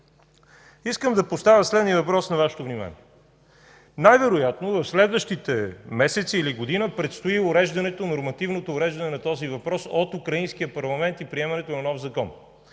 Искам да поставя на вниманието Ви следния въпрос. Най-вероятно в следващите месеци или година предстои нормативното уреждане на този въпрос от украинския парламент и приемането на нов закон.